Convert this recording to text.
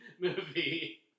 movie